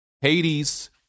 Hades